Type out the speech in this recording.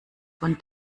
von